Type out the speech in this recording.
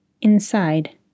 Inside